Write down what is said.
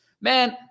Man